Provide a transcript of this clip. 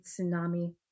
tsunami